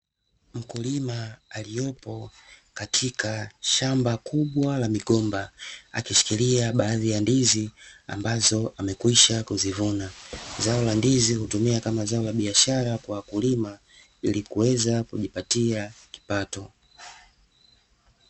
Mkulima aliyepo katika shamba kubwa la migomba, akishikilia baadhi ya ndizi ambazo amekwisha kuzivuna. Zao la ndizi hutumika kama zao la biashara kwa wakulima, ili kuweza kujipatia kipato.